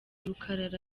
rukarara